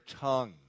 tongue